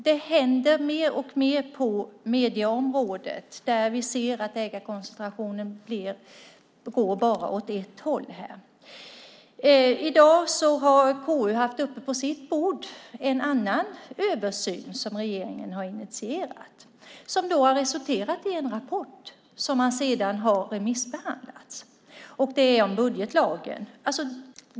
Det händer mer och mer på medieområdet att vi ser att ägarkoncentrationen bara går åt ett håll. I dag har konstitutionsutskottet på sitt bord haft en annan översyn som regeringen har initierat. Den har resulterat i en rapport som sedan har remissbehandlats. Den handlar om budgetlagen.